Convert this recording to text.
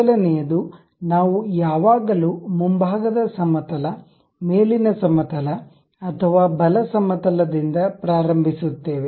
ಮೊದಲನೆಯದು ನಾವು ಯಾವಾಗಲೂ ಮುಂಭಾಗದ ಸಮತಲ ಮೇಲಿನ ಸಮತಲ ಅಥವಾ ಬಲ ಸಮತಲ ದಿಂದ ಪ್ರಾರಂಭಿಸುತ್ತೇವೆ